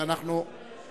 הצעות לסדר-היום.